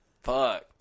fuck